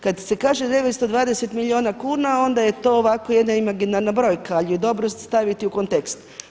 Kad se kaže 920 milijuna kuna onda je to ovako jedna imaginarna brojka, ali ju je dobro staviti u kontekst.